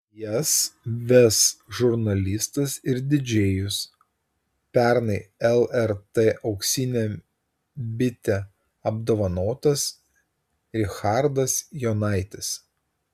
jas ves žurnalistas ir didžėjus pernai lrt auksine bite apdovanotas richardas jonaitis